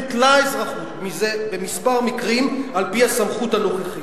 בוטלה אזרחות במספר מקרים על-פי הסמכות הנוכחית.